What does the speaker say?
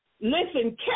listen